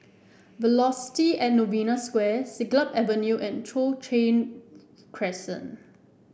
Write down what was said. Velocity At Novena Square Siglap Avenue and Cochrane Crescent